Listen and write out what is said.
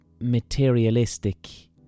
materialistic